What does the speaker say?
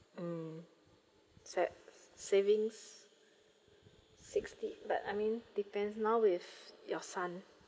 mm set savings sixty but I mean depends now with your son